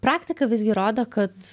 praktika visgi rodo kad